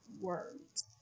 words